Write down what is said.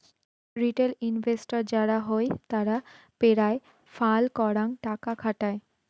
retail investor যারা হই তারা পেরায় ফাল করাং টাকা খাটায়